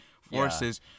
forces